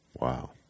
Wow